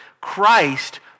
Christ